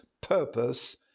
purpose